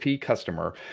customer